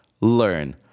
learn